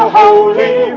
holy